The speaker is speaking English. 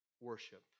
worship